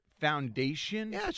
foundation